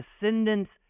descendants